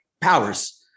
powers